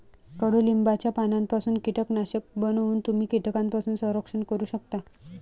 कडुलिंबाच्या पानांपासून कीटकनाशक बनवून तुम्ही कीटकांपासून संरक्षण करू शकता